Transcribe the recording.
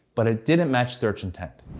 but it didn't match search intent.